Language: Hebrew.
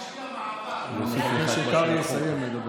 זה בדרך.